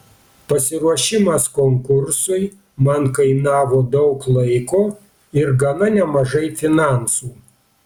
pasiruošimas konkursui man kainavo daug laiko ir gana nemažai finansų